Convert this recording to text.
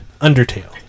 Undertale